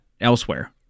elsewhere